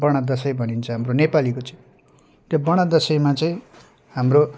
बडा दसैँ भनिन्छ हाम्रो नेपालीको चाहिँ त्यो बडा दसैँमा चाहिँ हाम्रो